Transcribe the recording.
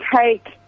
take